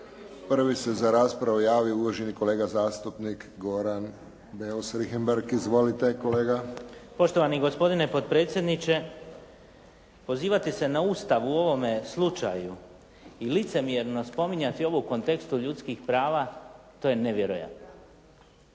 Prvi se za raspravu javio uvaženi kolega zastupnik Goran Beus Richembergh. **Beus Richembergh, Goran (HNS)** Poštovani gospodine potpredsjedniče pozivati se na Ustav u ovome slučaju i licemjerno spominjati ovo u kontekstu ljudskih prava, to je nevjerojatno.